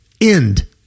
end